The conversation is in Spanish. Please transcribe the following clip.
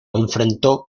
enfrentó